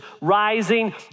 rising